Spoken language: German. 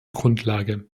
grundlage